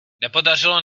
nepodařilo